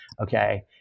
Okay